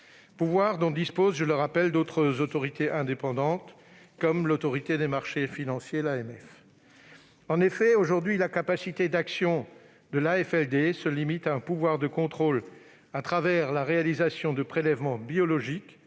pouvoirs dont disposent, je le rappelle, d'autres autorités indépendantes comme l'Autorité des marchés financiers. En effet, aujourd'hui, la capacité d'action de l'AFLD se limite à un pouvoir de contrôle la réalisation de prélèvements biologiques